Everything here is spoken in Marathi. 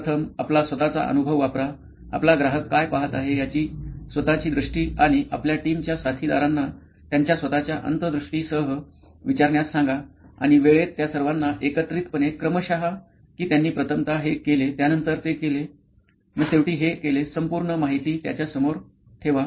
प्रथम आपला स्वत चा अनुभव वापरा आपला ग्राहक काय पहात आहे याची स्वतःची दृष्टी आणि आपल्या टीम च्या साथीदारांना त्यांच्या स्वत च्या अंतर्दृष्टीसह विचारण्यास सांगा आणि वेळेत त्या सर्वांना एकत्रितपणे क्रमश कि त्यांनी प्रथमतः हे केले त्यानंतर ते केले न शेवटी हे केले संपूर्ण माहिती त्याच्या समोर ठेवा